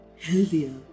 healthier